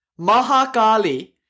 Mahakali